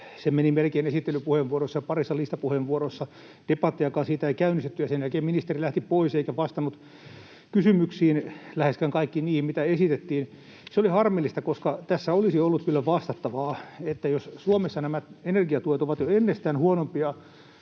Se meni melkein esittelypuheenvuorossa ja parissa listapuheenvuorossa, debattiakaan ei siitä käynnistetty, ja sen jälkeen ministeri lähti pois eikä vastannut läheskään kaikkiin niihin kysymyksiin, mitä esitettiin. Se oli harmillista, koska tässä olisi ollut kyllä vastattavaa. Suomessa nämä energiatuet ovat jo ennestään huonompia